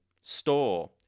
store